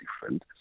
different